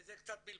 זה קצת בלבול.